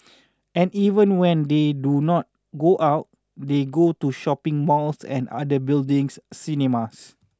and even when they do not go out they go to shopping malls and other buildings cinemas